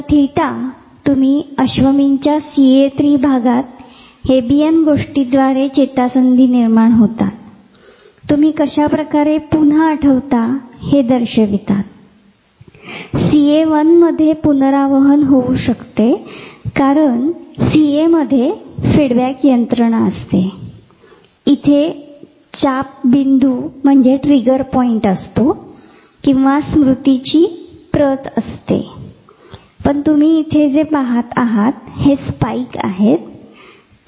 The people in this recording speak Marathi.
तर थिटा तुम्ही अश्वमीनच्या CA3 भागात हेबिअन गोष्टीद्वारे चेतासंधी निर्माण होतात तुम्ही कशा प्रकारे पुन्हा आठवता हे दर्शवितात CA1 मध्ये पुनरावहन होवू शकते कारण CA मध्ये फीडबॅक यंत्रणा असते इथे चाप बिंदू असतो किंवा स्मृतीची प्रत असते पण तुम्ही इथे जे पाहत आहात हे स्पाईक आहेत